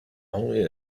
only